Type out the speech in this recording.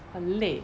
很累